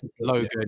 Logan